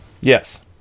yes